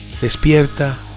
Despierta